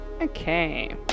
Okay